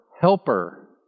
helper